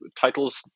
titles